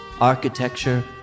architecture